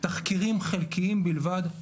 תחקירים חלקיים בלבד.